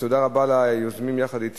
עברה בקריאה ראשונה